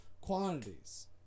quantities